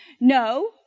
No